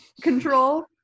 control